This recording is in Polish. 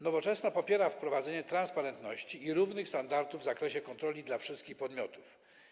Nowoczesna popiera wprowadzenie transparentności i równych standardów w zakresie kontroli dla wszystkich podmiotów.